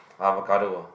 avocado